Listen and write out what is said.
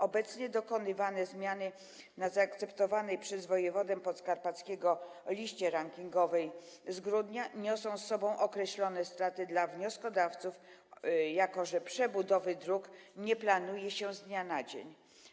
Obecnie dokonywane zmiany na zaakceptowanej przez wojewodę podkarpackiego liście rankingowej z grudnia niosą z sobą określone straty dla wnioskodawców, jako że przebudowy dróg nie planuje się z dnia na dzień.